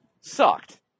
sucked